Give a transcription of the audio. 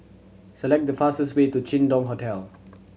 select the fastest way to Jin Dong Hotel